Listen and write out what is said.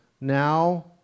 now